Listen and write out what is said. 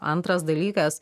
antras dalykas